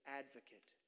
advocate